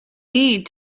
need